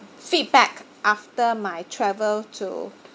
feedback after my travel to